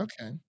okay